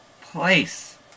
place